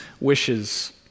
wishes